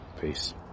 Peace